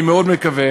אני מאוד מקווה